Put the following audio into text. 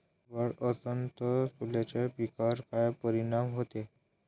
अभाळ असन तं सोल्याच्या पिकावर काय परिनाम व्हते?